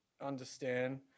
understand